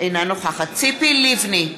אינה נוכחת ציפי לבני,